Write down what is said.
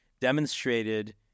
demonstrated